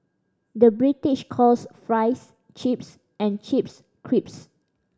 the British calls fries chips and chips crisps